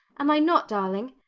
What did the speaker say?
am i not, darling?